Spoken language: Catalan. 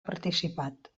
participat